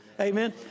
Amen